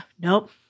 nope